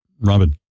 Robin